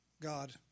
God